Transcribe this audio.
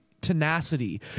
tenacity